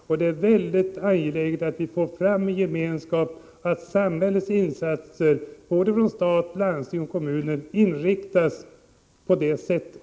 Därför är det mycket angeläget att skapa en gemenskap och att samhällets insatser — det gäller både stat, landsting och kommuner -— får en sådan inriktning.